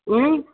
ഉം